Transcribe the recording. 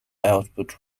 output